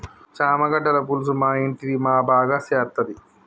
చామగడ్డల పులుసు మా ఇంటిది మా బాగా సేత్తది